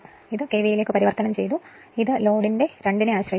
അതിനാൽ ഞങ്ങൾ ഇത് KVAയിലേക്ക് പരിവർത്തനം ചെയ്തു അത് ലോഡിന്റെ 2 നെ ആശ്രയിച്ചിരിക്കുന്നു